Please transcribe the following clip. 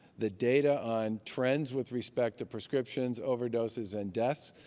the data on trends with respect to prescriptions, overdoses, and deaths,